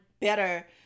better